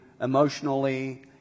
emotionally